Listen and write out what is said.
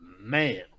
man